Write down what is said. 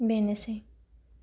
बेनोसै